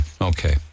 okay